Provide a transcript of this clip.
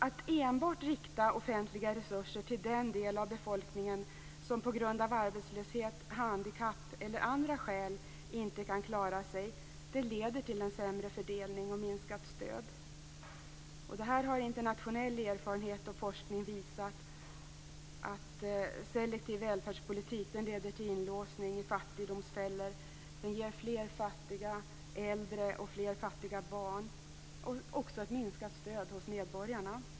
Att rikta offentliga resurser enbart till den del av befolkningen som på grund av arbetslöshet, handikapp eller andra omständigheter inte kan klara sig leder till en sämre fördelning och minskat stöd. Här har internationell erfarenhet och forskning visat att selektiv välfärdspolitik leder till inlåsning, fattigdomsfällor och ger fler fattiga äldre och fler fattiga barn samt ett minskat stöd hos medborgarna.